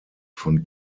von